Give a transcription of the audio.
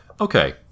Okay